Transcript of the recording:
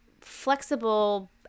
flexible